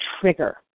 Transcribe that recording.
trigger